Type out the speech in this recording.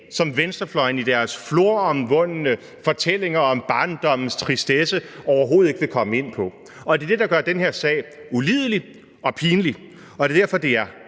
det, venstrefløjen i deres floromvundne fortællinger om barndommens tristesse overhovedet ikke vil komme ind på, og det er det, der gør den her sag ulidelig og pinlig, og det er derfor, det er